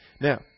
Now